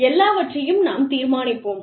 எல்லாவற்றையும் நாம் தீர்மானிப்போம்